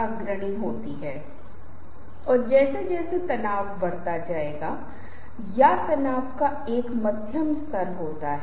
एक व्यक्ति अपने पेट को आगे बढ़ाकर हंस रहा है जिसे अक्सर सांस्कृतिक रूप से एक आक्रामक स्टैंड माना जाता है